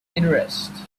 interest